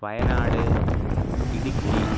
Wayanad Idukki